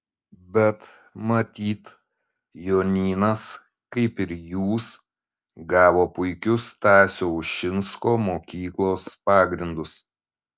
bet matyt jonynas kaip ir jūs gavo puikius stasio ušinsko mokyklos pagrindus